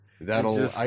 That'll